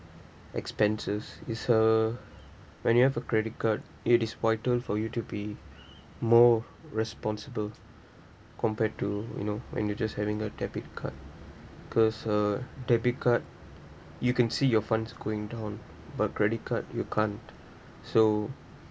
expenses is a when you have a credit card it is vital for you to be more responsible compared to you know when you just having a debit card cause a debit card you can see your funds going down but credit card you can't so